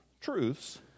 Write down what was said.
truths